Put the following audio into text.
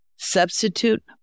substitute